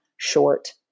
short